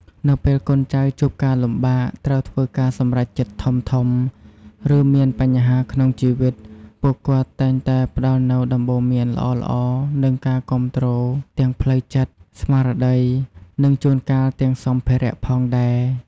នៅពេលកូនចៅជួបការលំបាក ត្រូវធ្វើការសម្រេចចិត្តធំៗ ឬមានបញ្ហាក្នុងជីវិត ពួកគាត់តែងតែផ្តល់នូវ ដំបូន្មានល្អៗ និង ការគាំទ្រ ទាំងផ្លូវចិត្ត ស្មារតី និងជួនកាលទាំងសម្ភារៈផងដែរ។